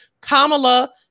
Kamala